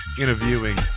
interviewing